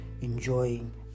enjoying